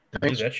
Thanks